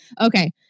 Okay